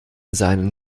seinen